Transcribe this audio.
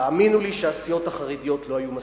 תאמינו לי שהסיעות החרדיות לא היו מסכימות.